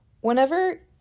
whenever